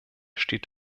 steht